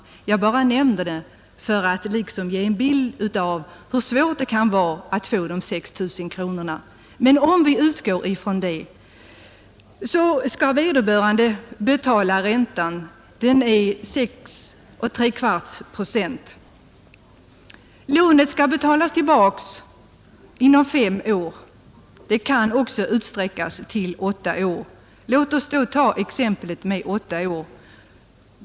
Jag nämner det för att ge en bild av hur svårt det kan vara att få de 6 000 kronorna. Men om vi utgår från att vederbörande får det beloppet skall han betala ränta, och den är 6,75 procent. Lånet skall betalas tillbaka inom fem år; det kan också utsträckas till åtta år. Låt oss ta exemplet med åtta år!